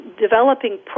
developing